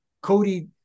Cody